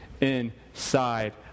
inside